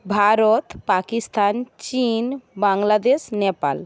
ভারত পাকিস্থান চীন বাংলাদেশ নেপাল